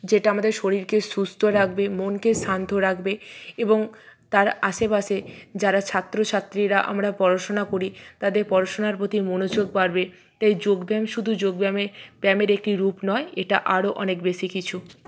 যেটা আমাদের শরীরকে সুস্থ রাখবে মনকে শান্ত রাখবে এবং তার আশেপাশে যারা ছাত্রছাত্রীরা আমরা পড়াশোনা করি তাদের পড়াশোনার প্রতি মনোযোগ বাড়বে তাই যোগ ব্যায়াম শুধু যোগ ব্যায়ামের একটি রূপ নয় এটা আরো অনেক বেশি কিছু